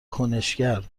کنشگر